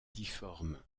difforme